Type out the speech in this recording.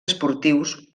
esportius